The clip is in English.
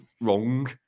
wrong